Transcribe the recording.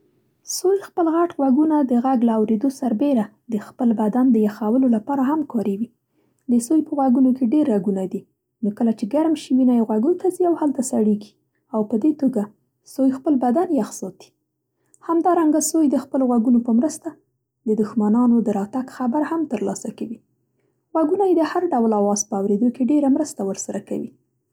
سوی خپل غټ غوږونه د غږ له اورېدو سربېره د خپل بدن د یخولو لپاره هم کاروي. د سوی په غوږونو کې ډېر رګونه دي، نو کله چې ګرم شي، وینه یې غوږونو ته ځي او هلته سړېږي، او په دې توګه سوی خپل بدن یخ ساتي. همدارنګه سوی د خپلو غوږونو په مرسته د دښمنانو د راتګ خبر هم ترلاسه کوي. غوږونه یې د هر ډول آواز په اورېدو کې ډېره مرسته ورسره کوي.